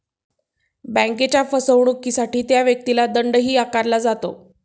बँकेच्या फसवणुकीसाठी त्या व्यक्तीला दंडही आकारला जातो